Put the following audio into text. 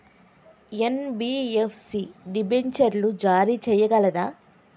NBFC డిబెంచర్లు జారీ చేయగలదా?